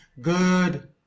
Good